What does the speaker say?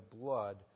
blood